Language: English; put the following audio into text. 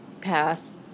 pass